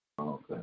Okay